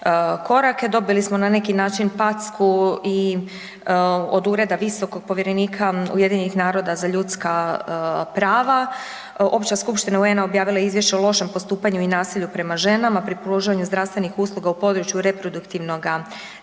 dobili smo na neki način packu i od Ureda visokog povjerenika UN-a za ljudska prava, Opća skupština UN-a objavila je Izvješće o lošem postupanju i nasilju prema ženama pri pružanju zdravstvenih usluga u području reproduktivnoga